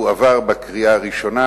הוא עבר בקריאה הראשונה,